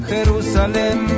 Jerusalem